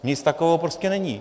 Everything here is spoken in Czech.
Nic takového prostě není.